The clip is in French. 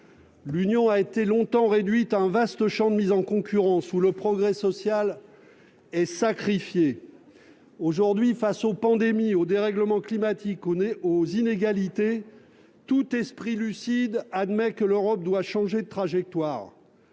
laquelle a été longtemps réduite à un vaste champ d'application du principe de mise en concurrence, où le progrès social est sacrifié. Aujourd'hui, face aux pandémies, au dérèglement climatique, aux inégalités, tout esprit lucide admet que l'Europe doit changer de trajectoire.